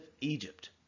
Egypt